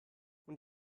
und